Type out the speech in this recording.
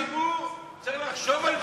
הציבור צריך לחשוב על זה.